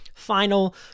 final